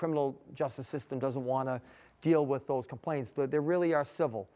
criminal justice system doesn't want to deal with those complaints that there really are civil